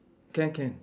can can